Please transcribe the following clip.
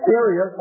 area